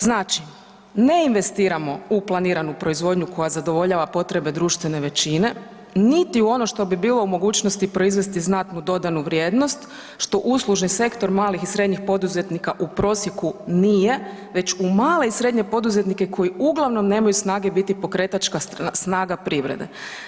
Znači, ne investiramo u planiranu proizvodnju koja zadovoljava potrebe društvene većine, niti u ono što bi bilo u mogućnosti proizvesti znatnu dodatnu vrijednost što uslužni sektor malih i srednjih poduzetnika u prosjeku nije već u male i srednje poduzetnike koji uglavnom nemaju snage biti pokretačka snaga privrede.